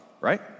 Right